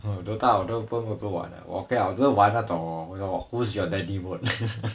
DOTA 我都不会不完的我不要我只是玩那种 who's your daddy mode